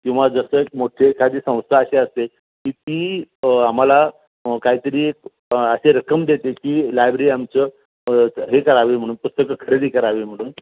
किंवा जसं एक मोठी एखादी संस्था अशी असते की ती आम्हाला काही तरी एक असे रक्कम देते की लायब्री आमचं हे करावी म्हणून पुस्तकं खरेदी करावी म्हणून